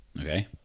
Okay